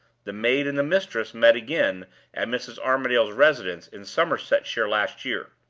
the maid and the mistress met again at mrs. armadale's residence in somersetshire last year.